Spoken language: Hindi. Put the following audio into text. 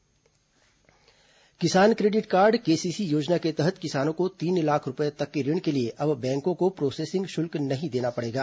किसान क्रेडिट योजना किसान क्रेडिट कार्ड केसीसी योजना के तहत किसानों को तीन लाख रूपये तक के ऋण के लिए अब बैंकों को प्रोसेसिंग शुल्क नहीं देना पड़ेगा